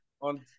On